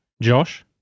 Josh